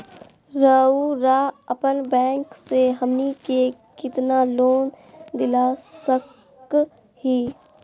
रउरा अपन बैंक से हमनी के कितना लोन दिला सकही?